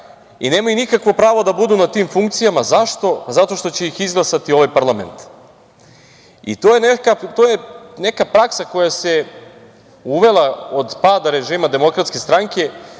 i nemaju nikakvo pravo da budu na funkcijama. Zašto? Zato što će ih izglasati ovaj parlament. To je neka praksa koja se uvela od pada režima DS, gde bilo ko,